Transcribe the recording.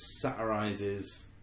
satirizes